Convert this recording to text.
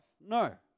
No